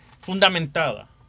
fundamentada